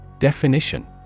Definition